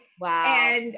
wow